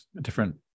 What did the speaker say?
different